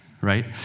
right